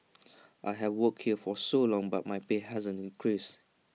I have worked here for so long but my pay hasn't increased